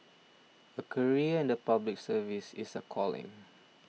a career in the Public Service is a calling